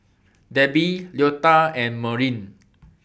Debbie Leota and Maureen